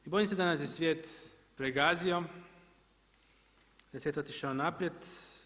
I bojim se da nas je svijet pregazio, da je svijet otišao naprijed.